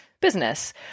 business